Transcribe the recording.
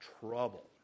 trouble